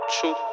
True